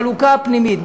בחלוקה הפנימית,